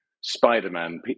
Spider-Man